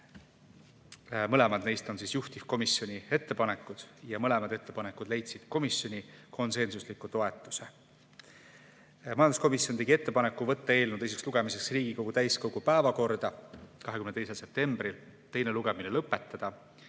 Mõlemad neist on juhtivkomisjoni ettepanekud ja mõlemad ettepanekud leidsid komisjoni konsensusliku toetuse. Majanduskomisjon tegi ettepaneku võtta eelnõu teiseks lugemiseks Riigikogu täiskogu päevakorda 22. septembriks, teine lugemine lõpetada,